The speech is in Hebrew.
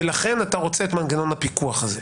ולכן אתה רוצה את מנגנון הפיקוח הזה.